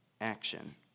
action